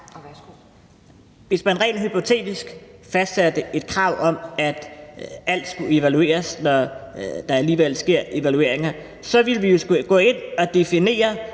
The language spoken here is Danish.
Hvis man rent hypotetisk fastsatte et krav om, at alt skulle evalueres, når der alligevel sker evalueringer, så ville vi jo skulle gå ind at definere,